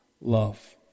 love